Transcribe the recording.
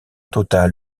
total